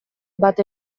bat